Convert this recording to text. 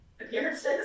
Appearances